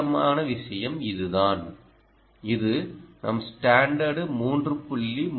முக்கிய விஷயம் இதுதான் இது நம் ஸ்டான்டர்டு 3